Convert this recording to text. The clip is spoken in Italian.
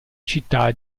città